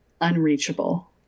unreachable